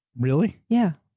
really? yeah.